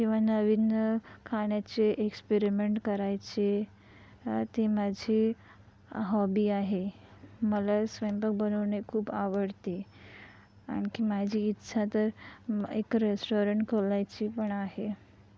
किंवा नवीन खाण्याचे एक्सपेरिमेंट करायचे ते माझी हॉबी आहे मला स्वयंपाक बनवणे खूप आवडते आणखी माझी इच्छा तर एक रेस्टॉरंट खोलायची पण आहे